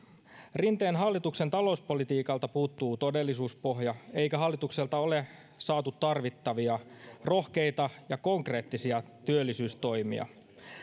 rinteen hallituksen talouspolitiikalta puuttuu todellisuuspohja eikä hallitukselta ole saatu tarvittavia rohkeita ja konkreettisia työllisyystoimia